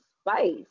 spice